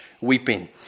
weeping